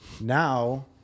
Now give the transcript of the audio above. Now